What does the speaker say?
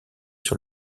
sur